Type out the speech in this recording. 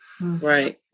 Right